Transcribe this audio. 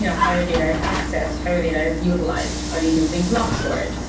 you know how your data is accessed, how your data is utilized. are you using block storage?